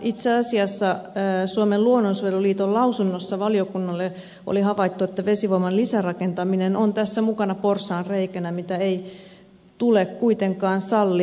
itse asiassa suomen luonnonsuojeluliiton lausunnossa valiokunnalle oli havaittu että vesivoiman lisärakentaminen on tässä mukana porsaanreikänä mitä ei tule kuitenkaan sallia